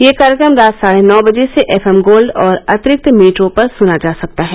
यह कार्यक्रम रात साढे नौ बजे से एफ एम गोल्ड और अतिरिक्त मीटरों पर सुना जा सकता है